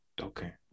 Okay